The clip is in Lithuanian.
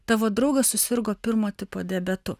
tavo draugas susirgo pirmo tipo diabetu